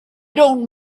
don’t